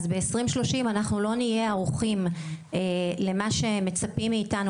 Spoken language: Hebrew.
אז ב- 2030 אנחנו לא נהיה ערוכים למה שמצפים מאיתנו